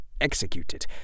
executed